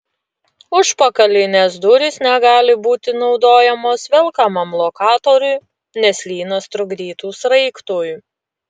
užpakalinės durys negali būti naudojamos velkamam lokatoriui nes lynas trukdytų sraigtui